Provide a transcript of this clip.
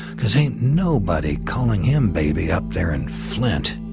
cause ain't nobody calling him baby up there in flint.